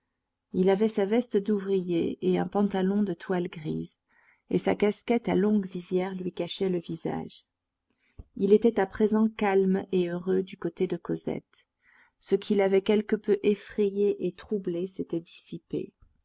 il avait sa veste d'ouvrier et un pantalon de toile grise et sa casquette à longue visière lui cachait le visage il était à présent calme et heureux du côté de cosette ce qui l'avait quelque peu effrayé et troublé s'était dissipé